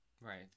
Right